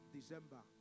December